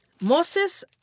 Moses